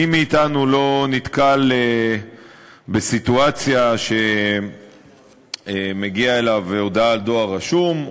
מי מאתנו לא נתקל בסיטואציה שבה מגיעה אליו הודעת דואר רשום,